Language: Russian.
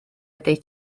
этой